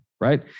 right